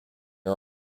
are